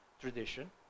tradition